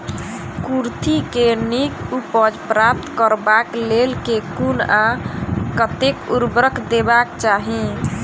कुर्थी केँ नीक उपज प्राप्त करबाक लेल केँ कुन आ कतेक उर्वरक देबाक चाहि?